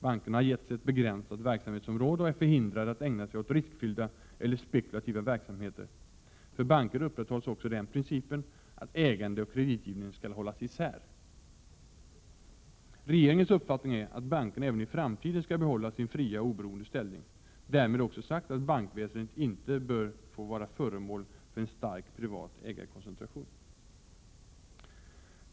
Bankerna har getts ett begränsat verksamhetsområde och är förhindrade att ägna sig åt riskfyllda eller spekulativa verksamheter. För banker upprätthålls också den principen att ägande och kreditgivning skall hållas isär. Regeringens uppfattning är att bankerna även i framtiden skall behålla sin fria och oberoende ställning. Därmed också sagt att bankväsendet inte bör få vara föremål för en stark privat ägarkoncentration.